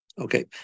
Okay